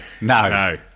No